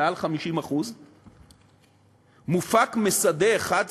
מעל 50% מופק משדה אחד,